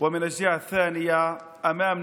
ומהצד השני יש מולנו